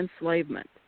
enslavement